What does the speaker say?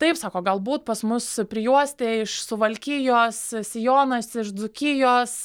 taip sako galbūt pas mus prijuostė iš suvalkijos sijonas iš dzūkijos